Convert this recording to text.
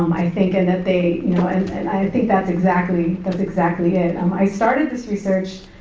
um i think, and that they, you know and and i and think that's exactly, that's exactly it. um i started this research,